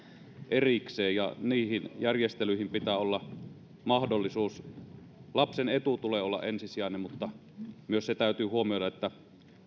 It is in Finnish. erikseen ja niihin järjestelyihin pitää olla mahdollisuus lapsen etu tulee olla ensisijainen mutta myös se täytyy huomioida että